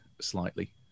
slightly